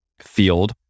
field